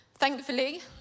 Thankfully